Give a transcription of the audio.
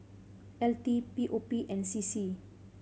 L T P O P and C C